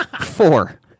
four